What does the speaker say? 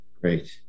Great